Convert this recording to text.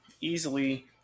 Easily